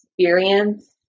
Experience